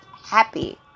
happy